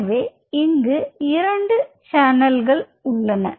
எனவே இங்கு இரண்டு சேனல்கள் உள்ளன